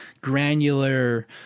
granular